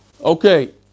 Okay